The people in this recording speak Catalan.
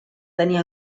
tenir